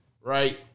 right